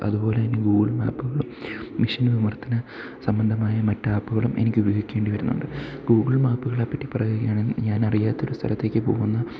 അതുപോലെതന്നെ ഗൂഗിൾ മാപ്പുകളും മെഷീൻ വിവർത്തന സംബന്ധമായ മറ്റാപ്പുകളും എനിക്ക് ഉപയോഗിക്കേണ്ടി വരുന്നുണ്ട് ഗൂഗിൾ മാപ്പുകളെപ്പറ്റി പറയുകയാണെങ്കിൽ ഞാൻ അറിയാത്തൊരു സ്ഥലത്തേക്ക് പോകുന്ന